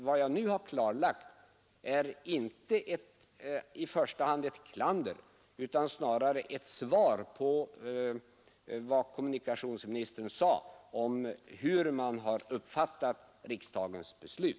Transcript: Vad jag nu har framhållit är inte i första hand ett klander utan snarare ett svar på vad kommunikationsministern sade om hur man uppfattat riksdagens beslut.